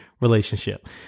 relationship